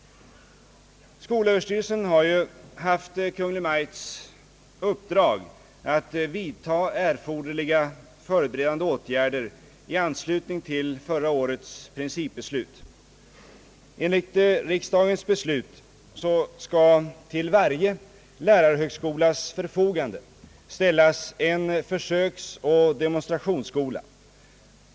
Skolöverstyrelsen har ju haft Kungl. Maj:ts uppdrag att vidtaga erforderliga förberedande åtgärder i anslutning till förra årets principbeslut. Enligt riksdagens beslut skall till varje lärarhögskolas förfogande ställas en försöksoch demonstrationsskola.